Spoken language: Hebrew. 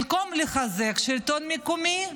במקום לחזק את השלטון המקומי,